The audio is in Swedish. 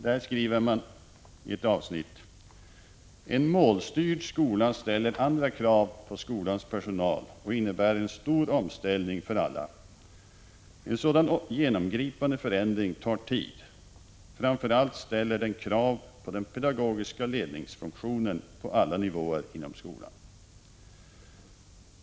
Där skriver man i ett avsnitt: En målstyrd skola ställer andra krav på skolans Prot. 1985/86:132 personal och innebär en stor omställning för alla. En sådan genomgripande 30 april 1986 förändring tar tid. Framför allt ställer den krav på den pedagogiska ledningsfunktionen på alla nivåer inom skolan.